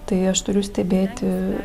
tai aš turiu stebėti